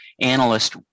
analyst